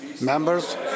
Members